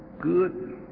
good